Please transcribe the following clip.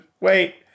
wait